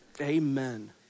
Amen